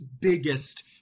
biggest